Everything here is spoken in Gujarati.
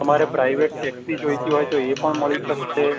તમારે પ્રાઇવેટ ટેક્સી જોઈતી હોય તો એ પણ મળી શકશે